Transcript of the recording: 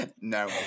No